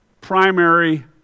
primary